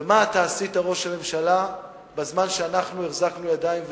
ומה אתה עשית בזמן שאנחנו החזקנו ידיים ואצבעות,